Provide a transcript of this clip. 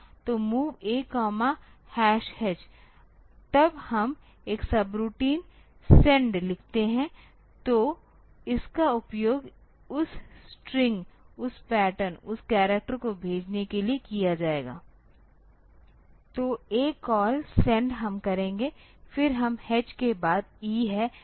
तो MOV A H तब हम एक सबरूटीन सेंड लिखते हैं तो इसका उपयोग उस स्ट्रिंग उस पैटर्न उस करैक्टर को भेजने के लिए किया जाएगा तो ACALL सेंड हम करेंगे फिर हम H के बाद E हैं